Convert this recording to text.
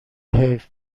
حیف